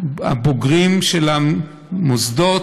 הבוגרים של המוסדות,